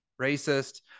racist